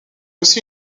aussi